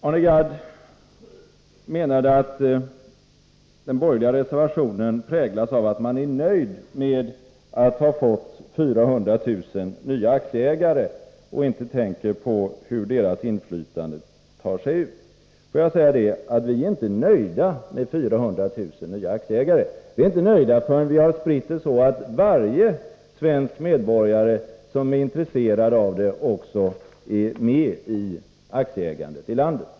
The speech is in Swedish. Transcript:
Arne Gadd menade att den borgerliga reservationen på denna punkt präglas av att man är nöjd med att ha fått 400 000 nya aktieägare och inte tänker på hur deras inflytande tar sig ut. Får jag säga att vi inte är nöjda med att det har blivit 400 000 nya aktieägare. Vi är inte nöjda förrän vi har spritt aktieägandet så att varje svensk medborgare som är intresserad av att bli aktieägare också är med i aktieägandet i landet.